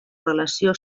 relació